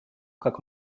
как